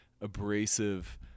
abrasive